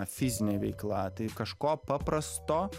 fizinė veikla tai kažko paprasto